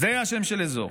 אז זה היה שם של אזור.